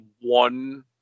one